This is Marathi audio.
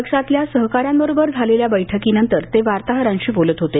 पक्षातल्या सहकाऱ्यांबरोबर झालेल्या बैठकीनंतर ते वार्ताहरांशी बोलत होते